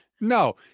No